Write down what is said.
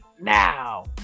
now